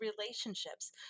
relationships